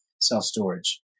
self-storage